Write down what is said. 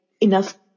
enough